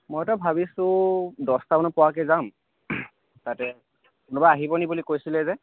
মইতো ভাবিছোঁ দহটামানত পোৱাকৈ যাম তাতে কোনোবা আহিবনি বুলি কৈছিলে যে